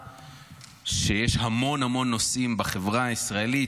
שיש המון המון נושאים בחברה הישראלית,